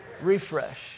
refresh